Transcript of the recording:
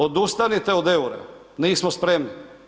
Odustanite od eura, nismo spremni.